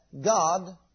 God